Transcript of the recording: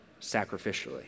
sacrificially